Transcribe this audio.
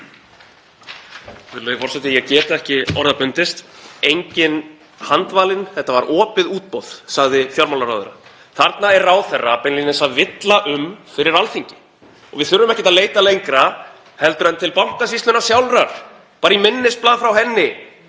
Þetta var opið útboð, sagði fjármálaráðherra. Þarna er ráðherra beinlínis að villa um fyrir Alþingi. Við þurfum ekkert að leita lengra en til Bankasýslunnar sjálfrar, bara í minnisblað frá henni.